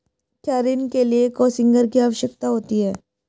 क्या ऋण के लिए कोसिग्नर की आवश्यकता होती है?